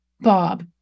Bob